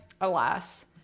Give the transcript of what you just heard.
alas